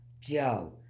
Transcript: Joe